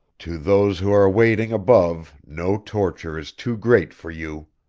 to those who are waiting above no torture is too great for you.